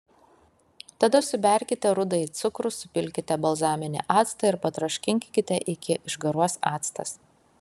tada suberkite rudąjį cukrų supilkite balzaminį actą ir patroškinkite iki išgaruos actas